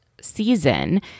season